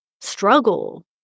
struggle